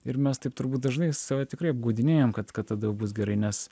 ir mes taip turbūt dažnai save tikrai apgaudinėjam kad kad tada bus gerai nes